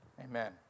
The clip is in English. Amen